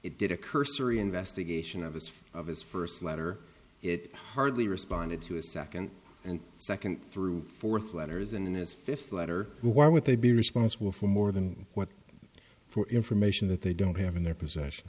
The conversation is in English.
it did a cursory investigation of his of his first letter it hardly responded to a second and second through fourth letters and in his fifth letter why would they be responsible for more than what for information that they don't have in their possession